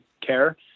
care